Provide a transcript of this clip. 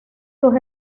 sus